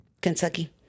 Kentucky